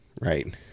Right